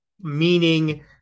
meaning